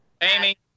Amy